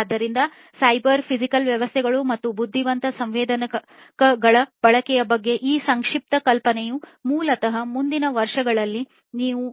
ಆದ್ದರಿಂದ cyber physical ವ್ಯವಸ್ಥೆಗಳು ಮತ್ತು ಬುದ್ಧಿವಂತ ಸಂವೇದಕಗಳ ಬಳಕೆಯ ಬಗ್ಗೆ ಈ ಸಂಕ್ಷಿಪ್ತ ಕಲ್ಪನೆಯು ಮೂಲತಃ ಮುಂದಿನ ವರ್ಷಗಳಲ್ಲಿ ನೀವು